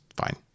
fine